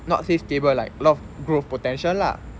not say stable like a lot of growth potential lah